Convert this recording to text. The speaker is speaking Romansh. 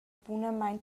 bunamein